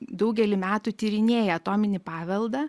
daugelį metų tyrinėja atominį paveldą